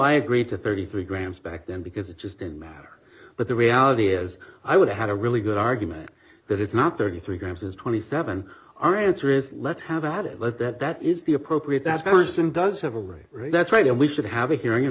i agreed to thirty three grams back then because it just didn't matter but the reality is i would have a really good argument that it's not thirty three grams is twenty seven our answer is let's have at it but that that is the appropriate that person does have a right that's right and we should have a he